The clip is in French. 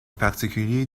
particulier